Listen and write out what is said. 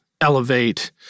elevate